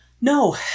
No